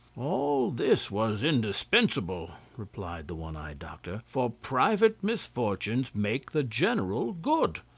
all this was indispensable, replied the one-eyed doctor, for private misfortunes make the general good,